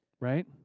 right